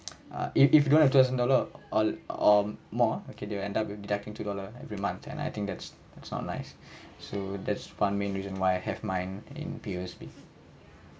uh if if you don't have two thousand dollar or or more okay they will end up with deducting two dollar every month and I think that's that's not nice so that's one main reason why I have mine in P_O_S_B